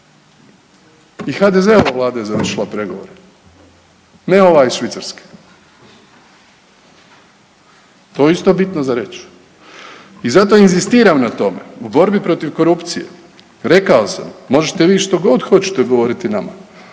I HDZ-ova vlada je završila pregovore, ne ova iz Švicarske. To je isto bitno za reći. I zato inzistiram na tome u borbi protiv korupcije. Rekao sam, možete vi što god hoćete govoriti nama,